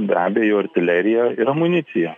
be abejo artilerija ir amunicija